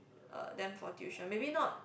uh them for tuition maybe not